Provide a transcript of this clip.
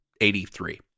83